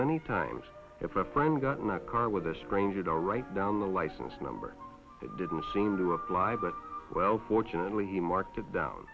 many times if a friend got in that car with a stranger to write down the license number didn't seem to apply but well fortunately he marked it down